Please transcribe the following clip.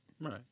Right